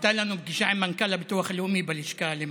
הייתה לנו פגישה עם מנכ"ל הביטוח הלאומי בלשכה למטה,